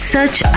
Search